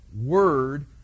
word